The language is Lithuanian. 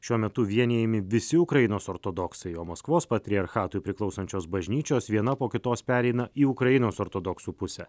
šiuo metu vienijami visi ukrainos ortodoksai o maskvos patriarchatui priklausančios bažnyčios viena po kitos pereina į ukrainos ortodoksų pusę